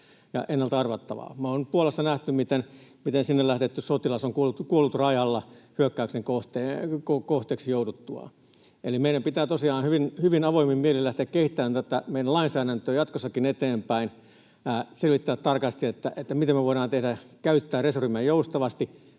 ennalta arvattavaa. Me ollaan nyt Puolassa nähty, miten sinne lähetetty sotilas on kuollut rajalla hyökkäyksen kohteeksi jouduttuaan. Eli meidän pitää tosiaan hyvin avoimin mielin lähteä kehittämään tätä meidän lainsäädäntöä jatkossakin eteenpäin, selvittää tarkasti, miten me voidaan käyttää reserviämme joustavasti,